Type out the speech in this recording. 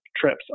trips